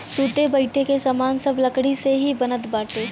सुते बईठे के सामान सब लकड़ी से ही बनत बाटे